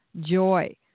joy